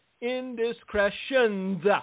indiscretions